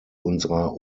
unserer